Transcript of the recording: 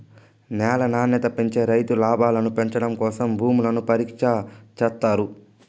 న్యాల నాణ్యత పెంచి రైతు లాభాలను పెంచడం కోసం భూములను పరీక్ష చేత్తారు